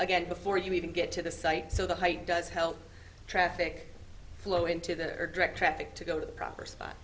again before you even get to the site so the height does help traffic flow into the direct traffic to go to the proper spot